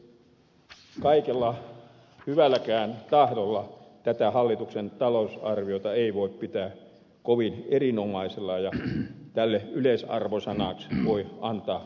kaikella hyvälläkään tahdolla tätä hallituksen talousarviota ei voi pitää kovin erinomaisena ja tälle yleisarvosanaksi voi antaa korkeintaan heikon